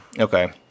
Okay